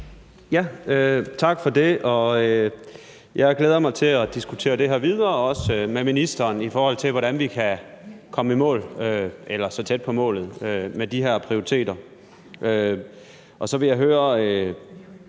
Tak for det. Jeg glæder mig til at diskutere videre også med ministeren om, hvordan vi kan komme i mål eller så tæt på målet med de her prioriteter.